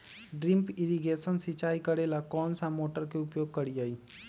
Drip irrigation सिंचाई करेला कौन सा मोटर के उपयोग करियई?